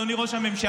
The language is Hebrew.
אדוני ראש הממשלה,